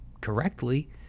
correctly